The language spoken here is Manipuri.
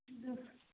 ꯑꯗꯨ